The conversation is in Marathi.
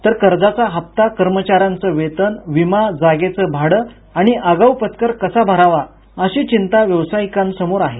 तर कर्जाचा हप्ता कर्मचाऱ्यांचं वेतन विमा जागेचं भाडं आणि आगाऊ पथकर कसा भरावा अशी चिंता व्यावसायिकांसमोर आहे